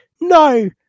No